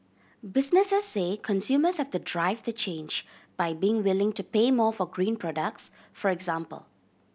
businesses say consumers have the drive to change by being willing to pay more for green products for example